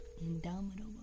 Indomitable